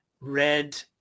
red